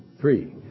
Three